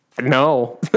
no